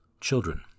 Children